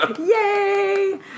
Yay